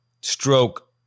stroke